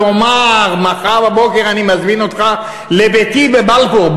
תאמר: מחר בבוקר אני מזמין אותך לביתי בבלפור.